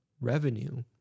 revenue